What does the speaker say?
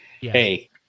Hey